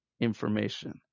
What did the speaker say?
information